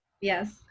yes